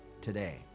today